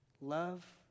Love